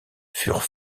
furent